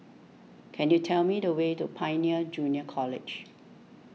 could you tell me the way to Pioneer Junior College